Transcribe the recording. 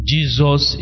Jesus